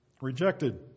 Rejected